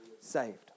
saved